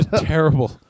terrible